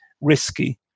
risky